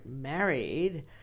married